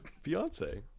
fiance